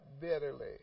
bitterly